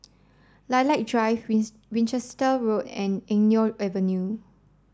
Lilac Drive Winchester Road and Eng Neo Avenue